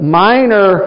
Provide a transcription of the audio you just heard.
minor